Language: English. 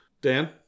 Dan